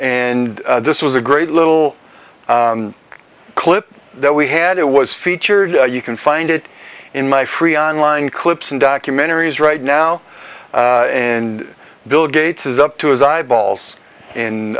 and this was a great little clip that we had it was featured you can find it in my free on line clips and documentaries right now and bill gates is up to his eyeballs